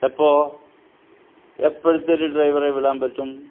എപ്പോൾ എപ്പോഴത്തേക്ക് ഡ്രൈവറെ വിടാൻ പറ്റും